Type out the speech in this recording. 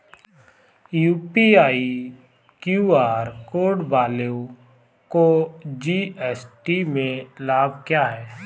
UPI QR code वालों को GST में लाभ क्या है?